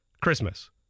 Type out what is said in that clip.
Christmas